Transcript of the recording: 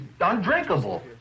undrinkable